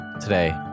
today